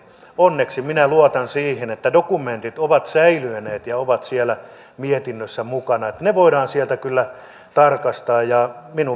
onneksi minä luotan siihen että dokumentit ovat säilyneet ja ovat siellä mietinnössä mukana että ne voidaan sieltä kyllä tarkastaa